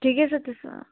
ठिकै छ त्यसो भए